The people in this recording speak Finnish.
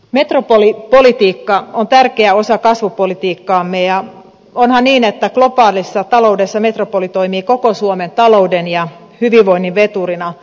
metropolipolitiikka on tärkeä osa kasvupolitiikkaamme ja onhan niin että globaalissa taloudessa metropoli toimii koko suomen talouden ja hyvinvoinnin veturina